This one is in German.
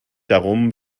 darum